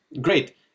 Great